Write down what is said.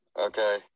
Okay